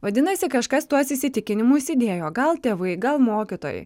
vadinasi kažkas tuos įsitikinimus įdėjo gal tėvai gal mokytojai